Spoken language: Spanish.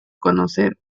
conocer